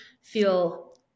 feel